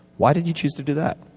why did you choose to do that?